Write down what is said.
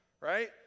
Right